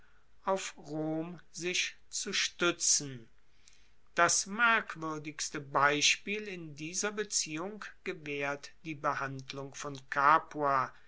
auf rom sich zu stuetzen das merkwuerdigste beispiel in dieser beziehung gewaehrt die behandlung von